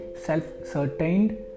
self-certained